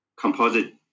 composite